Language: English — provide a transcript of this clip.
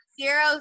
Zero